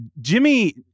Jimmy